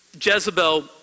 Jezebel